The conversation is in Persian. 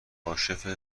کاشف